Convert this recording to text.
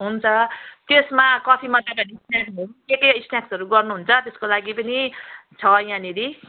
हुन्छ त्यसमा कफीमा के के स्नाक्सहरू गर्नुहुन्छ त्यसको लागि पनि छ यहाँनिर